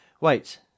Wait